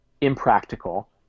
impractical